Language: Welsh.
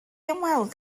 ymweld